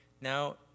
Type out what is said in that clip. now